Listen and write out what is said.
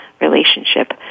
relationship